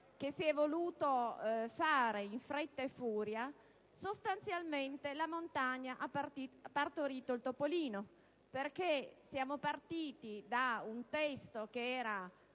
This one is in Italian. che si è voluto fare in fretta e furia sostanzialmente la montagna ha partorito il topolino. Siamo partiti da un testo che era